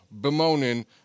bemoaning